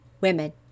women